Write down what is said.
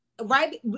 Right